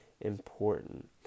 important